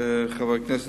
כמובן.